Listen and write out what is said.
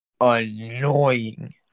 annoying